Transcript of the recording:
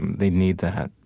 they need that.